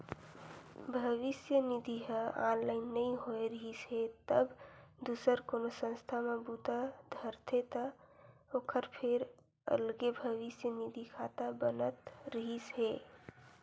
भविस्य निधि ह ऑनलाइन नइ होए रिहिस हे तब दूसर कोनो संस्था म बूता धरथे त ओखर फेर अलगे भविस्य निधि खाता बनत रिहिस हे